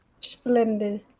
Splendid